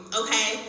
okay